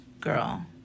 girl